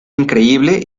increíble